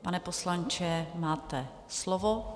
Pane poslanče, máte slovo.